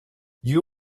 you